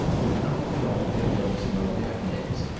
without throwing their legs above their heads.